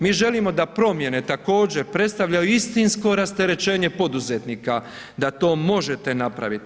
Mi želimo da promjene također predstavljaju istinsko rasterećenje poduzetnika, da to možete napraviti.